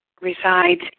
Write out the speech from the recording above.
resides